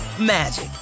magic